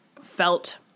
felt